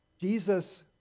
Jesus